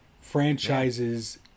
franchise's